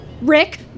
Rick